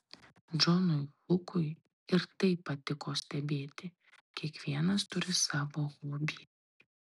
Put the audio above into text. džonui hukui ir tai patiko stebėti kiekvienas turi savo hobį